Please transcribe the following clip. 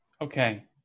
Okay